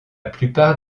plupart